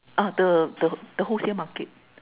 ah the the wholesale market